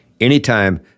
Anytime